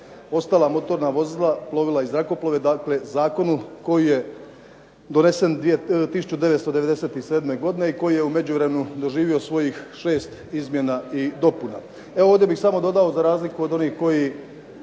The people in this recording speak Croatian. ostala motorna vozila, plovila i zrakoplove. Dakle, zakonu koji je donesen 1997. godine i koji je u međuvremenu doživio svojih šest izmjena i dopuna. Evo ovdje bih samo dodao za razliku od onih koji